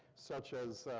such as